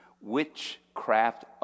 witchcraft